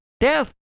death